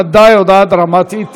בוודאי הודעה דרמטית.